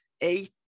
Eight